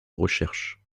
recherche